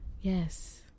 yes